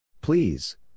Please